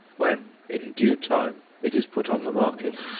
when, in due time, it is put on the market.